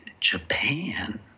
Japan